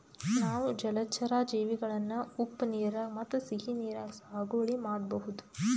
ನಾವ್ ಜಲಚರಾ ಜೀವಿಗಳನ್ನ ಉಪ್ಪ್ ನೀರಾಗ್ ಮತ್ತ್ ಸಿಹಿ ನೀರಾಗ್ ಸಾಗುವಳಿ ಮಾಡಬಹುದ್